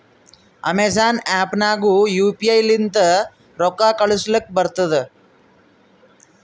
Amazon app ನಾಗ್ನು U P I ಲಿಂತ ರೊಕ್ಕಾ ಕಳೂಸಲಕ್ ಬರ್ತುದ್